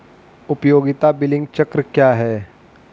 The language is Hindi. उपयोगिता बिलिंग चक्र क्या है?